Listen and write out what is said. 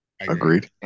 agreed